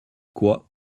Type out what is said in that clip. quoi